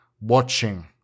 watching